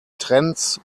trends